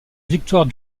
victoire